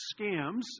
scams